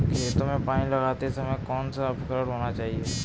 खेतों में पानी लगाते समय कौन सा उपकरण होना चाहिए?